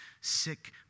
sick